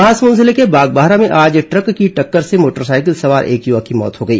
महासमुंद जिले के बागबाहरा में आज ट्रक की टक्कर से मोटरसाइकिल सवार एक युवक की मौत हो गई